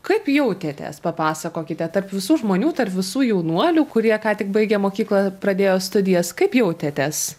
kaip jautėtės papasakokite tarp visų žmonių tarp visų jaunuolių kurie ką tik baigę mokyklą pradėjo studijas kaip jautėtės